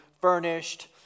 furnished